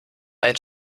ein